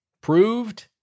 proved